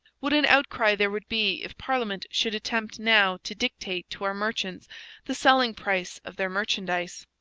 what an outcry there would be if parliament should attempt now to dictate to our merchants the selling price of their merchandise!